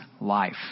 life